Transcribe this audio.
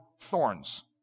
thorns